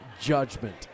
Judgment